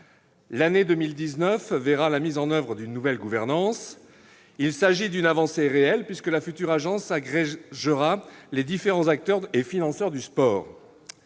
L'année 2019 verra la mise en oeuvre d'une nouvelle gouvernance. Il s'agit d'une avancée réelle, puisque la future agence agrégera les différents acteurs et financeurs du sport.